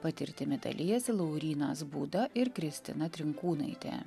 patirtimi dalijasi laurynas būda ir kristina trinkūnaitė